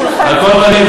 על כל פנים,